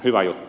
hyvä juttu